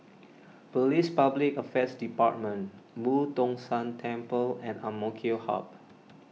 Police Public Affairs Department Boo Tong San Temple and Ang Mo Kio Hub